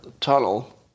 tunnel